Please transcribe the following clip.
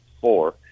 four